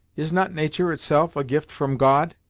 is not nature itself a gift from god?